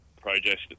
project